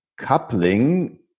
coupling